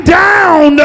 down